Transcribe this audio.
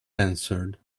answered